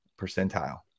percentile